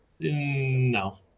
no